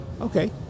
Okay